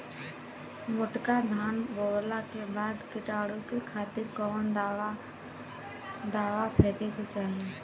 मोटका धान बोवला के बाद कीटाणु के खातिर कवन दावा फेके के चाही?